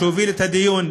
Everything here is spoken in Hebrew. שהוביל את הדיון,